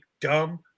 dumb